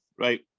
Right